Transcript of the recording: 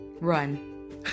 run